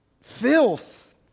filth